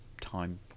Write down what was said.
time